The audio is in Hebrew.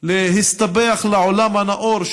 להסתפח לעולם הנאור,